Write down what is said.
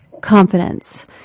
Confidence